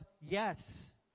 yes